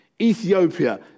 Ethiopia